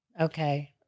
Okay